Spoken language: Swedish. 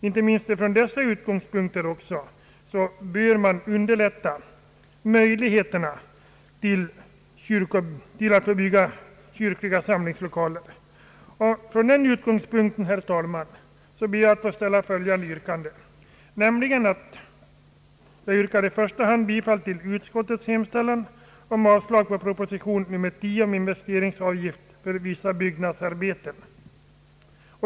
Utifrån anförda synpunkter ber jag, herr talman, att senare få ställa följande yrkanden: i första hand om bifall till utskottets hemställan om avslag på proposition nr 10 om investeringsavgift för vissa byggnadsarbeten.